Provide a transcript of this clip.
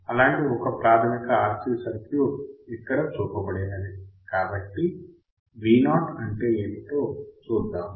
అలాంటి ఒక ప్రాధమిక RC సర్క్యూట్ ఇక్కడ చూపబడినది కాబట్టి V0 అంటే ఏమిటో చూద్దాము